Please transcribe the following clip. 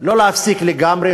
לא להפסיק לגמרי,